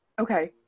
Okay